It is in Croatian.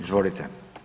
Izvolite.